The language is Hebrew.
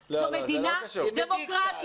כאן זו מדינה דמוקרטית,